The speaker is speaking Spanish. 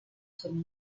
sólo